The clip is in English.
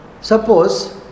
suppose